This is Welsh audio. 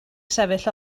sefyll